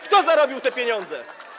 Kto zarobił te pieniądze?